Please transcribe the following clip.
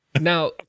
Now